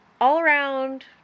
all-around